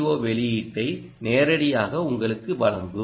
ஓ வெளியீட்டை நேரடியாக உங்களுக்கு வழங்கும்